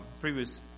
previous